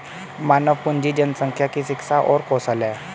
मानव पूंजी जनसंख्या की शिक्षा और कौशल है